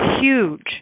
huge